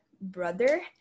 brother